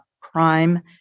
crime